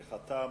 בנושא: עריכתם